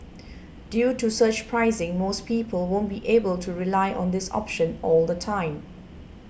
due to surge pricing most people won't be able to rely on this option all the time